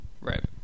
Right